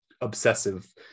obsessive